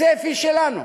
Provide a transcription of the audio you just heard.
הצפי שלנו,